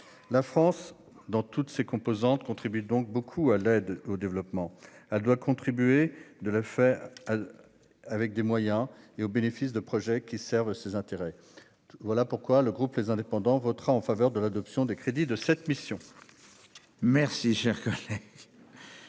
La France, dans toutes ses composantes, contribue donc beaucoup à l'aide au développement. Elle doit continuer de le faire, selon ses moyens et au bénéfice de projets qui servent ses intérêts. C'est pourquoi le groupe Les Indépendants - République et Territoires votera en faveur de l'adoption des crédits de cette mission. La parole est